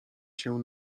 się